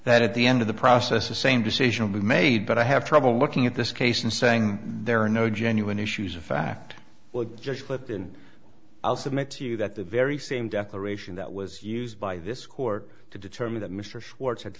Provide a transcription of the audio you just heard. that at the end of the process the same decision will be made but i have trouble looking at this case and saying there are no genuine issues of fact we'll just clip and i'll submit to you that the very same declaration that was used by this court to determine that mr schwartz had